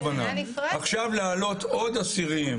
מתכוונים להעלות עוד אסירים,